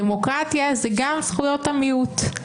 דמוקרטיה זה גם זכויות המיעוט.